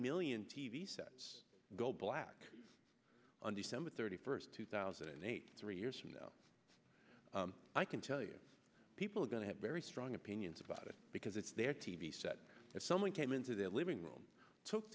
million t v sets go black on december thirty first two thousand and eight three years from now i can tell you people are going to have very strong opinions about it because it's their t v set and someone came into their living room took